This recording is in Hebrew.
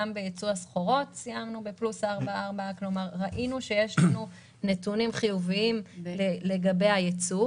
גם בייצור הסחורות סיימנו בפלוס 4.4%. כלומר יש לנו נתונים חיוביים לגבי הייצוא.